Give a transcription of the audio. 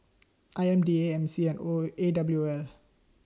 I M D A M C and AWOL A W O L